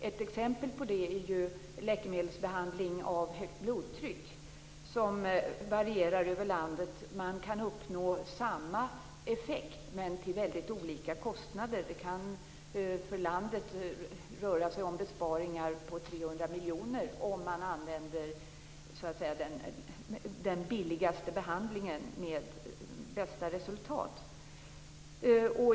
Ett exempel på det är ju läkemedelsbehandling av högt blodtryck som varierar över landet. Man kan uppnå samma effekt till väldigt olika kostnader. För hela landet kan det röra sig om besparingar på 300 miljoner om man använder den billigaste behandlingen som ger bästa resultat.